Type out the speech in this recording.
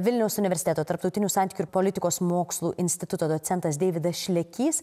vilniaus universiteto tarptautinių santykių ir politikos mokslų instituto docentas deividas šlekys